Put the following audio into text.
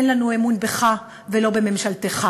אין לנו אמון בך ולא בממשלתך,